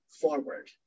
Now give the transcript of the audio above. forward